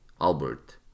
Albert